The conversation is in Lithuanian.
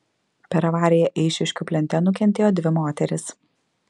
per avariją eišiškių plente nukentėjo dvi moterys